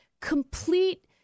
complete